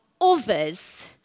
others